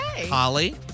Holly